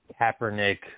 Kaepernick